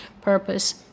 purpose